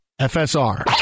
FSR